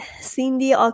Cindy